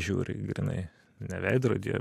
žiūri grynai ne veidrodyje